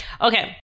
Okay